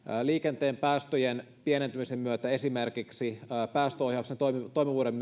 liikenteen päästöt pienentyvät esimerkiksi päästöohjauksen toimivuuden